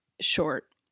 short